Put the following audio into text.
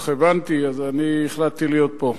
כך הבנתי, אז אני החלטתי להיות פה.